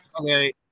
Okay